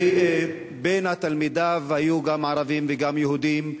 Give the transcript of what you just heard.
ובין תלמידיו היו גם ערבים וגם יהודים.